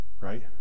right